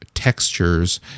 textures